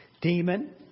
Demon